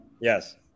Yes